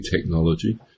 technology